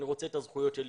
אני רוצה את הזכויות שלי,